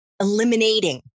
eliminating